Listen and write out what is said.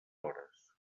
hores